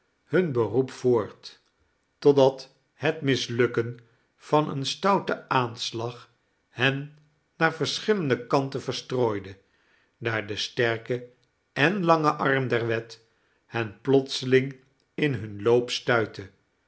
hun beroep voort totdat het mislukken van een stouten aanslag hen naar verschillende kanten verstrooide daar de sterke en lange arm der wet hen plotseling in hun loop stuitte